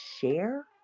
share